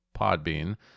podbean